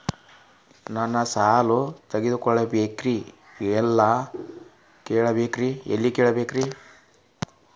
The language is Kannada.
ನಾನು ಸಾಲ ತೊಗೋಬೇಕ್ರಿ ಎಲ್ಲ ಕೇಳಬೇಕ್ರಿ?